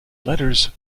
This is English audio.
letters